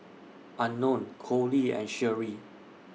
Unknown Coley and Sherie